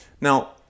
Now